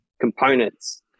components